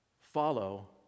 follow